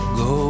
go